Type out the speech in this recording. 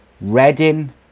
Reading